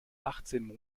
achtzehn